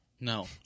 No